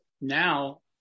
now